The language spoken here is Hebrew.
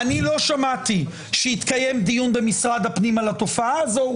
אני לא שמעתי שהתקיים דיון על התופעה הזו,